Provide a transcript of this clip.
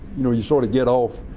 you know, you sort of get off.